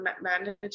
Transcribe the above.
Manage